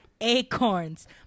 acorns